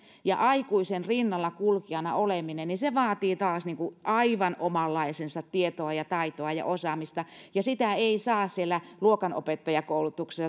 aikuisen rinnalla kulkijana oleminen vaatii taas aivan omanlaistansa tietoa ja taitoa ja osaamista ja sitä ei saa siellä luokanopettajakoulutuksessa